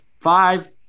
five